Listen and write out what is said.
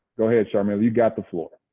go ahead, sharmila, you got the floor.